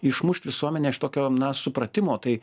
išmušt visuomenę iš tokio supratimo tai